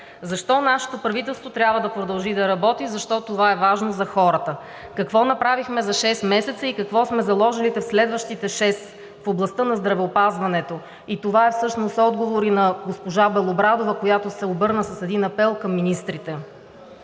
защо нашето правителство трябва да продължи да работи, защо това е важно за хората, какво направихме за шест месеца и какво сме заложили през следващите шест в областта на здравеопазването и това всъщност е отговор и на госпожа Белобрадова, която се обърна с един апел към министрите?